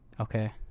Okay